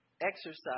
exercise